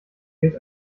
gilt